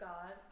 God